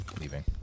Leaving